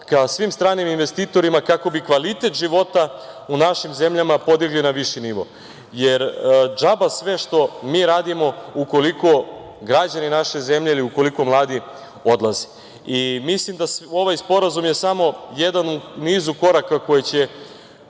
ka svim stranim investitorima kako bi kvalitet života u našim zemljama podigli na viši novo, jer, džaba sve što mi radimo ukoliko građani naše zemlje ili ukoliko mladi odleze. Mislim da ovaj sporazum je samo jedna u nizu koraka koji će